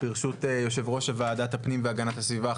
ברשות יושב-ראש ועדת הפנים והגנת הסביבה,